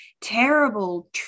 terrible